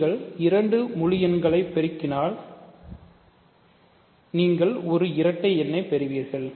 நீங்கள் இரண்டு முழு எண்களை பெருக்கினால் நீங்கள் ஒரு இரட்டை எண்ணைப் பெறுவீர்கள்